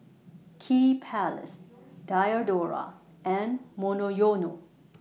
Kiddy Palace Diadora and Monoyono